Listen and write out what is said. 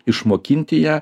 išmokinti ją